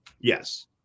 Yes